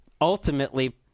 ultimately